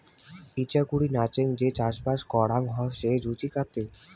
ইচাকুরি নাচেঙ যে চাষবাস করাং হসে জুচিকাতে